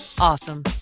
awesome